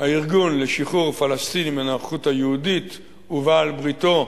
הארגון לשחרור פלסטין מן הנוכחות היהודית ובעלת בריתו,